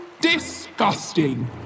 Disgusting